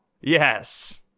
Yes